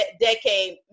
decade